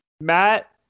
Matt